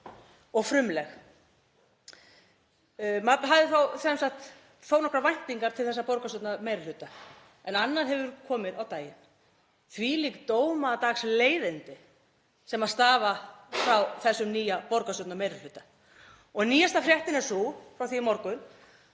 og frumleg. Maður hafði sem sagt þó nokkrar væntingar til þessa borgarstjórnarmeirihluta. En annað hefur komið á daginn. Þvílík dómadagsleiðindi sem stafa frá þessum nýja borgarstjórnarmeirihluta. Nýjasta fréttin er sú, frá því í morgun,